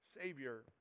Savior